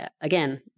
again